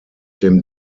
dem